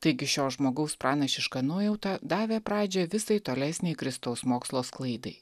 taigi šio žmogaus pranašiška nuojauta davė pradžią visai tolesnei kristaus mokslo sklaidai